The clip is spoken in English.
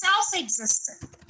self-existent